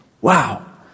Wow